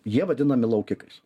jie vadinami laukikais